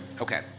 Okay